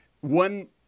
one